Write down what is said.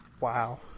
Wow